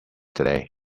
today